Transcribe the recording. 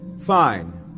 Fine